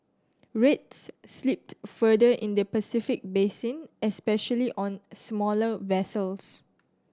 rates slipped further in the Pacific basin especially on smaller vessels